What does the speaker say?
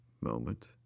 moment